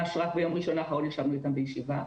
רק ביום ראשון האחרון ישבנו איתם בישיבה.